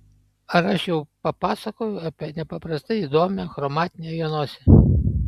ar aš jau papasakojau apie nepaprastai įdomią chromatinę jo nosį